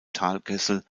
talkessel